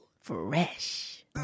fresh